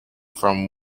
from